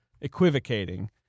equivocating